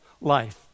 life